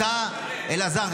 אלעזר,